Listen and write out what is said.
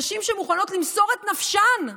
נשים שמוכנות למסור את נפשן,